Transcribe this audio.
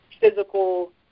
physical